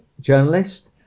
journalist